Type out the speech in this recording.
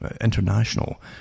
International